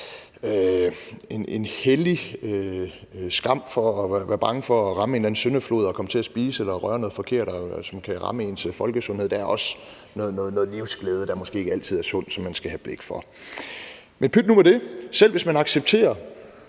en hellig skam og være bange for at ramme en eller anden syndflod og komme til at spise eller røre noget forkert, som kan ramme ens folkesundhed. Der er også noget livsglæde, der måske ikke altid er sundt, som man skal have blik for. Men pyt nu med det, selv hvis man accepterer,